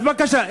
אז בבקשה,